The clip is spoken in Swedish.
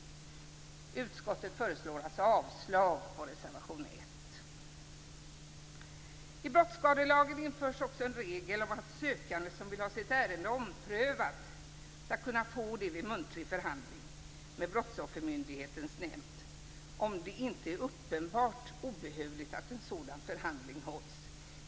Utskottet föreslår alltså avslag på reservation 1. I brottsskadelagen införs också en regel om att sökande som vill ha sitt ärende omprövat skall kunna få det vid muntlig förhandling med Brottsoffermyndighetens nämnd, om det inte är uppenbart obehövligt att en sådan förhandling hålls.